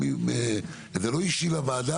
לא ייגמר היום,